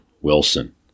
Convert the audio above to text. Wilson